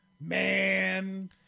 man